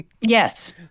Yes